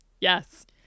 yes